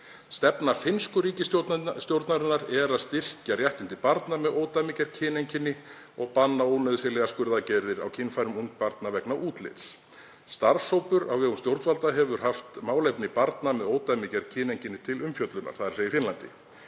Stefna finnsku ríkisstjórnarinnar er að styrkja réttindi barna með ódæmigerð kyneinkenni og banna ónauðsynlegar skurðaðgerðir á kynfærum ungbarna vegna útlits. Starfshópur á vegum stjórnvalda hefur haft málefni barna með ódæmigerð kyneinkenni til umfjöllunar. Í Svíþjóð hafa